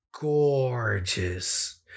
gorgeous